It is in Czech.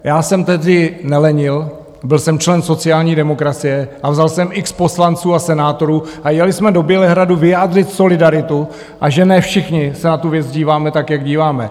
Já jsem tehdy nelenil, byl jsem člen sociální demokracie a vzal jsem x poslanců a senátorů a jeli jsme do Bělehradu vyjádřit solidaritu, a že ne všichni se na tu věc díváme tak, jak díváme.